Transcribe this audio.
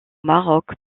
maroc